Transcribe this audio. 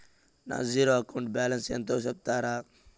నా zero account balance ఎంతో సెప్తారా?